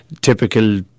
typical